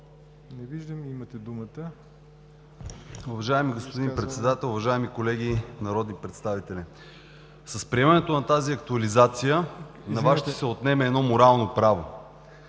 Не виждам. Имате думата.